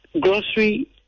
Grocery